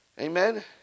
Amen